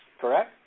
correct